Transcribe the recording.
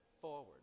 forward